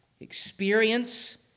experience